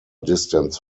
distance